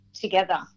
together